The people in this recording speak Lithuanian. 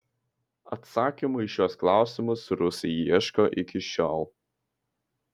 atsakymų į šiuos klausimus rusai ieško iki šiol